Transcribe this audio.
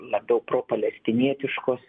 labiau pro palestinietiškos